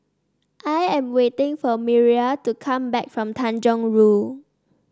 I am waiting for Miriah to come back from Tanjong Rhu